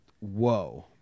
Whoa